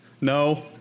No